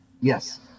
Yes